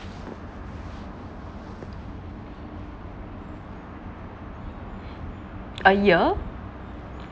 a year